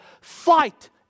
fight